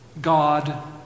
God